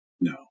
No